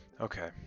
Okay